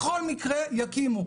בכל מקרה יקימו,